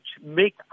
make